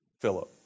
Philip